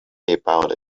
about